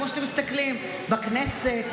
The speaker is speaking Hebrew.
כמו שאתם מסתכלים בכנסת,